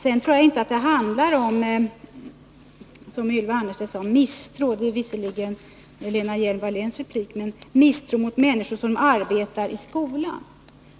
Sedan tror jag inte att det handlar om misstro, som Ylva Annerstedt sade. Det är visserligen Lena Hjelm-Walléns sak att replikera på detta, men jag vill ändå ta upp det. Ylva Annerstedt talade om misstro mot människor som arbetar i skolan.